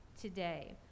today